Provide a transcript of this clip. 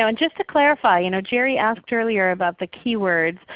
ah and just to clarify, you know jerry asked earlier about the keywords,